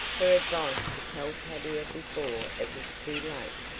her advice to tell tavia before it was too late,